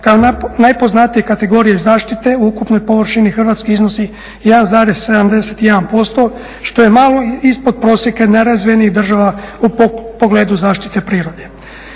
kao najpoznatije kategorije zaštite ukupnoj površini u Hrvatskoj iznosi 1,71% što je malo ispod prosjeka nerazvijenih država u pogledu zaštite prirode.